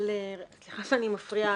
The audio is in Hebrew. סליחה שאני מפריעה.